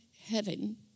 heaven